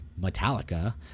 Metallica